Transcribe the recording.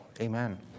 amen